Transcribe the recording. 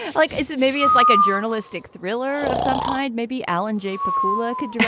like, is it maybe it's like a journalistic thriller of some kind. maybe alan j. pakula could do